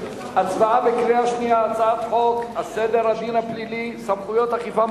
הצבעה בקריאה שנייה על הצעת חוק סדר הדין הפלילי (סמכויות אכיפה,